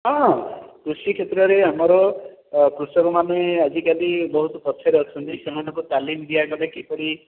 ହଁ କୃଷି କ୍ଷେତ୍ରରେ ଆମର କୃଷକମାନେ ଆଜିକାଲି ବହୁତ ପଛରେ ଅଛନ୍ତି ସେମାନଙ୍କୁ ତାଲିମ ଦିଆଗଲେ କିପରି